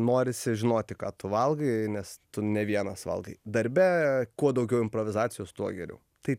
norisi žinoti ką tu valgai nes tu ne vienas valgai darbe kuo daugiau improvizacijos tuo geriau tai